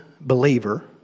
believer